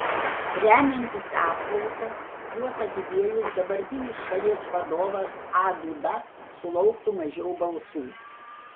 remiantis apklausa juos atidėjus dabartinis šalies vadovas a duda sulauktų mažiau balsų